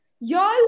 y'all